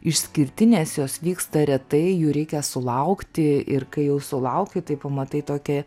išskirtinės jos vyksta retai jų reikia sulaukti ir kai jau sulauki tai pamatai tokį